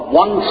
one